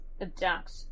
abduct